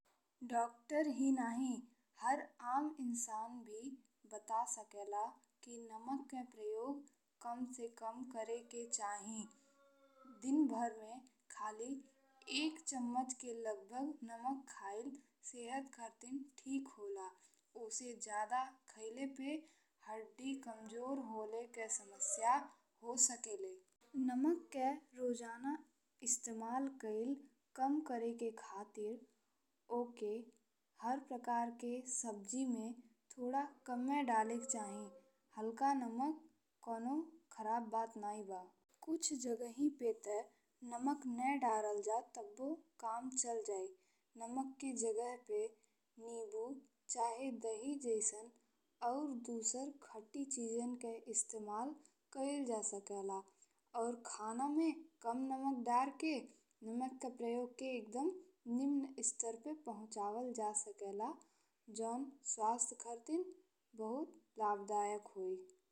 Doctor ही नहीं हर आम इंसान भी बता सकेला कि नमक के प्रयोग कम से कम करे के चाही। दिन भर में खाली एक चम्मच के लगभग नमक खइले सेहत कर्तिन ठीक होला ओसे जादे खइले पे हड्डी कमजोर होअले के समस्या हो सकेले। नमक के रोजाना इस्तेमाल के कम करे के खातिर ओकर हर प्रकार के सब्जी में थोड़ा कम्मे डालके चाही। हल्का नमक कवनो खराब बात नहीं बा। कुछ जगहीं पे ते नमक न डालल जाए तब्बो काम चल जाए। नमक के जगहीं पे नींबू चाहे दही जइसन और दूसरा खट्टी चीजन के इस्तेमाल कईल जा सकेला और खाना में कम नमक के डर के नमक के प्रयोग के एकदम निम्न स्तर पे पहुँचवल जा सकेला जौन स्वास्थ्य खातिर बहुत लाभदायक होई।